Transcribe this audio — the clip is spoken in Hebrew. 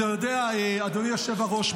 אדוני היושב-ראש,